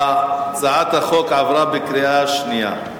עברה בקריאה שנייה.